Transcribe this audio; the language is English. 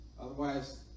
otherwise